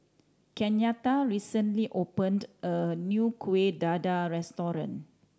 Kenyatta recently opened a new Kueh Dadar restaurant